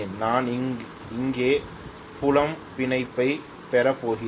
நான் இங்கே புலம் பிணைப்பைப் பெறப்போகிறேன்